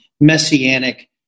messianic